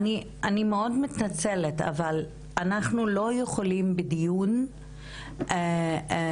אני מאוד מתנצלת אבל אנחנו לא יכולים בדיון בכנסת